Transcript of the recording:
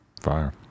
Fire